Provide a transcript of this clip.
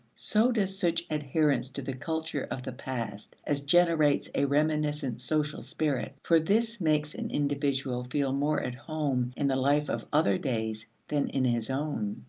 so does such adherence to the culture of the past as generates a reminiscent social spirit, for this makes an individual feel more at home in the life of other days than in his own.